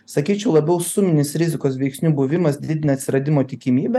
sakyčiau labiau suminis rizikos veiksnių buvimas didina atsiradimo tikimybę